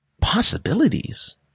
Possibilities